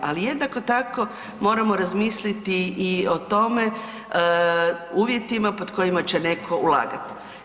Ali, jednako tako moramo razmisliti i o tome, uvjetima pod kojima će netko ulagati.